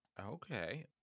Okay